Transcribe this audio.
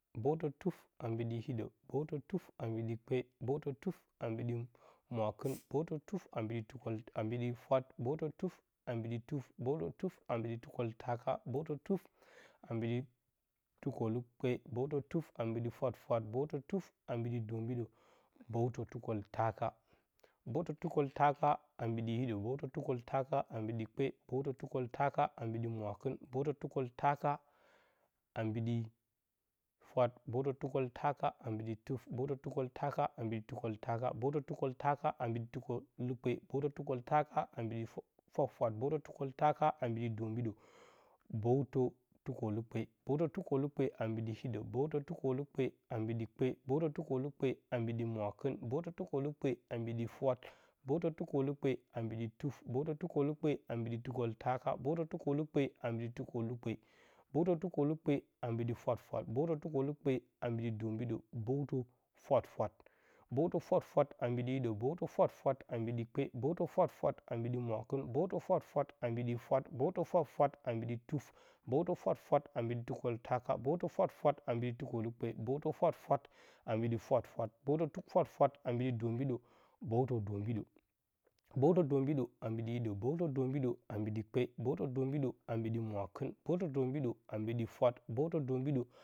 Bəwtə tuf a mbɨɗɨ hiɗə, bəwtə tuf ma mbɨɗɨ kpe, bəwtə tuf a mbɨɗɨ mwakta, bəwtə tuf a mbiɗɨ tuksitaka, bəwtə tuf a mbɨɗɨ tukolukpe, bəwtə tuf a mbɨɗɨ fwafwat, bəwtə tuf a mbɨɗɨ dombɨɗaplus bəwtə tukoltaka. Bəwtə tukoltaka a mbɨɗɨ hiɗə, bəwtə tuk oltaka a mbɨɗɨ kpe, bəwtə tu kol taka a mbɨɗɨ mwaktɨn, bəwtə tukoltaka a mbaɗɨ fwat, ɓəwtə tukoltaka bumbɨɗɨ tuf, bəwtə tukol taka a mbɨɗɨ tukoltaka, ɓəwtə tukoltaka a mbɨɗɨ tukolukpa, bəwtə tukoltaka a mbɨdɨ fwafwat, bəwtə tukoltaka a mbɨɗɨ dombɨɗə, bəwtə tukolukpe. Bəwtə tukelukpe a mbɨɗɨ hidə, bəntə tukolukpe a mbɨɗɨ kpe, bəwtə tukolukpe a mbɨɗɨ mwakɨn, bəwtə tukolukpe a mbipusɗɨ fwat, bəwtə tukelukpe a mbɨɗɨ tuf, bəwwtə tukdukpe a mbɨɗɨ tukoltaka, bəwtə tukolukpe ɓəwtə tukolukpe a mbɨɗɨ fwafwat, bəwtə tukolukpe a mbɨɗɨ dombiɗə, bəwtə fwafwat. Bəwtə fwafwat a mbɨɗipus hiɗə, bəwtə fwafwat a mbɨɗɨ kpei bəwtə fwafwat a mbɨɗɨ mwakɨn, bəwtə fwafwat a mbɨɗɨ fwat, bəwtə fwafwat a mbɨɗɨ tuf, bəwtə fwafwat a mbiɗɨ tuf, bəwtə fwafwat a mbɨɗi tukoltaka, bəwtə fwafwat a mbiɗi tukalukpe, bəwtə fwafwat a mbiɗi fwafwat, kəntə fwafwat a mbiɗi dombiɗə. k bəwtə dembiɗə.